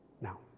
Now